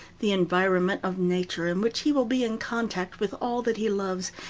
the environment of nature in which he will be in contact with all that he loves,